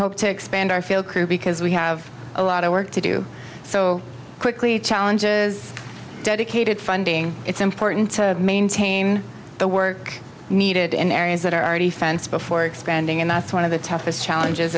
hope to expand our field crew because we have a lot of work to do so quickly challenges dedicated funding it's important to maintain the work needed in areas that are already fence before expanding and that's one of the toughest challenges